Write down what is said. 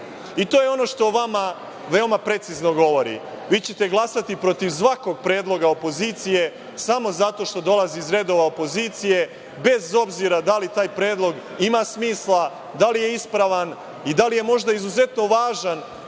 To je ono što o vama veoma precizno govori, glasaćete protiv svakog predloga opozicije samo zato što dolazi iz redova opozicije, bez obzira da li taj predlog ima smisla, da li je ispravan i da li je možda izuzetno važan,